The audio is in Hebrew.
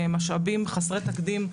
משאבים חסרי תקדים,